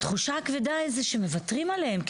התחושה הכבדה היא שמוותרים עליהן.